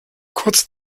kurze